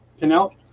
canal